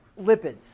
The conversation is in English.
lipids